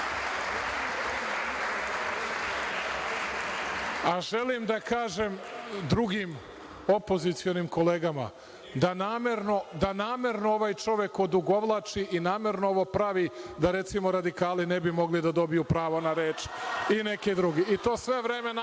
mi. Želim da kažem i drugim opozicionim kolegama da namerno ovaj čovek odugovlači i namerno ovo pravi da recimo radikali ne bi mogli da dobiju pravo na reč i neki drugi i to sve vreme